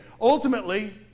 ultimately